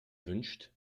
wünscht